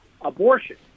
abortion